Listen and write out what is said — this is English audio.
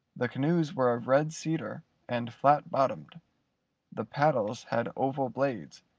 the canoes were of red cedar, and flat-bottomed the paddles had oval blades,